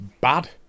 bad